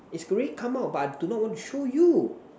is grey come out but I do not want to show you